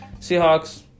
Seahawks